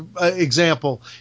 example